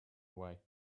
away